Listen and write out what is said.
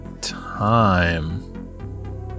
time